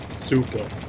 Super